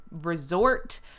resort